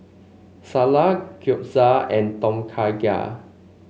Salsa Gyoza and Tom Kha Gai